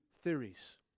theories